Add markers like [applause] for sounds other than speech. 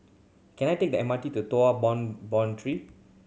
can I take the M R T to [unintelligible]